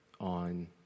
on